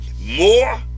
more